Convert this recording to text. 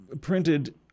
printed